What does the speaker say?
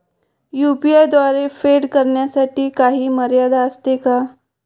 UPI द्वारे फेड करण्यासाठी काही मर्यादा असते का?